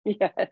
yes